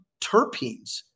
terpenes